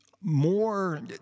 more